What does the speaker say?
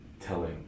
telling